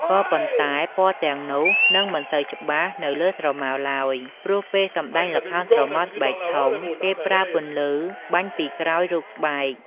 ក៏ប៉ុន្តែ ពណ៌ទាំងនោះនឹងមិនសូវច្បាស់នៅលើស្រមោលឡើយ ព្រោះពេលសម្តែងល្ខោនស្រមោលស្បែកធំ គេប្រើពន្លឺបាញ់ពីក្រោយរូបស្បែក។